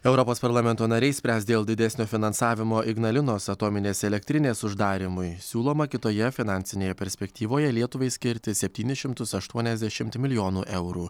europos parlamento nariai spręs dėl didesnio finansavimo ignalinos atominės elektrinės uždarymui siūloma kitoje finansinėje perspektyvoje lietuvai skirti septynis šimtus aštuoniasdešimt milijonų eurų